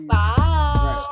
Bye